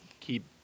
keep